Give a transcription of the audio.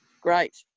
great